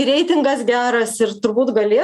reitingas geras ir turbūt galė